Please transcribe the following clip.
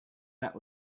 that